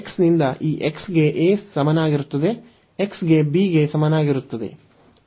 x ನಿಂದ ಈ x ಗೆ a ಗೆ ಸಮನಾಗಿರುತ್ತದೆ x ಗೆ b ಗೆ ಸಮಾನವಾಗಿರುತ್ತದೆ